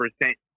percent